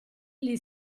gli